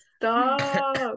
stop